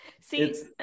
See